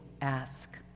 ask